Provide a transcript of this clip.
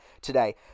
today